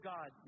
God